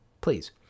please